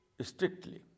Strictly